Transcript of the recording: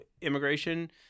immigration